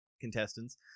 contestants